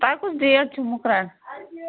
تۄہہِ کُس ڈیٹ چھُ مُقرَر